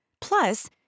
Plus